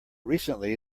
recently